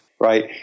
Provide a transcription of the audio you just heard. right